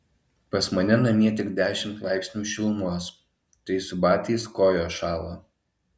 pas mane namie tik dešimt laipsnių šilumos tai su batais kojos šąla